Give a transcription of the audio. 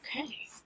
Okay